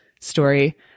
story